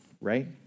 Right